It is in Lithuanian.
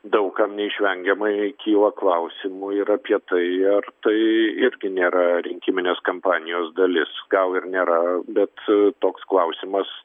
daug kam neišvengiamai kyla klausimų ir apie tai ar tai irgi nėra rinkiminės kampanijos dalis gal ir nėra bet toks klausimas